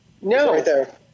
No